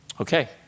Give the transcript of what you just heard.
Okay